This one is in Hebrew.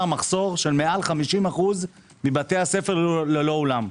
מחסור של מעל 50% מבתי הספר ללא אולם.